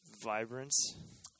vibrance